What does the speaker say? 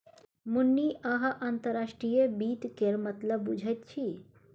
मुन्नी अहाँ अंतर्राष्ट्रीय वित्त केर मतलब बुझैत छी